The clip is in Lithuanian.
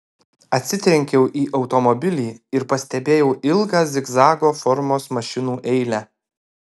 atsitrenkiau į automobilį ir pastebėjau ilgą zigzago formos mašinų eilę